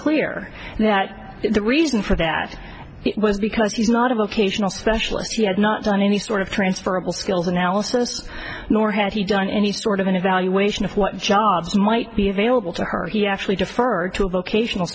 clear that the reason for that was because he's not a vocational specialist he had not done any sort of transferable skills analysis nor had he done any sort of an evaluation of what jobs might be available to her he actually deferred to a vocational